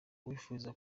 uwifuza